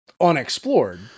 unexplored